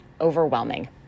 overwhelming